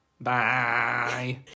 Bye